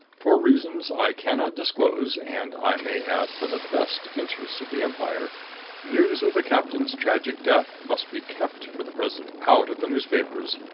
for reasons i can not disclose and, i may add, for the best interests of the empire news of the captain's tragic death must be kept for the present out of the newspapers.